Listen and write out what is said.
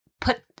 put